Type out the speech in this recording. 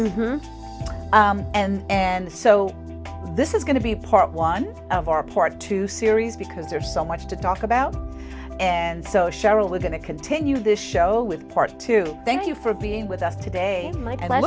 with and and so this is going to be part one of our part two series because there's so much to talk about and so cheryl we're going to continue this show with part two thank you for being with us today